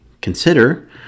consider